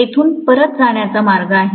येथून परत जाण्याचा मार्ग आहे